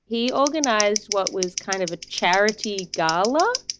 he organized what was kind of a charity gala